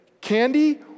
Candy